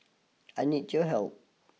I need your help